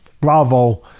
bravo